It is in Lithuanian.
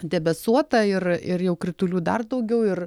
debesuota ir ir jau kritulių dar daugiau ir